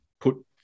put